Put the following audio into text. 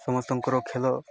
ସମସ୍ତଙ୍କର ଖେଲ